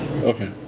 Okay